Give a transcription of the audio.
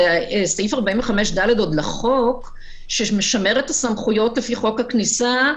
סעיף 45(ד) לחוק משמר את הסמכויות לפי חוק הכניסה,